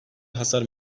hasar